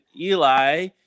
Eli